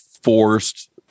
forced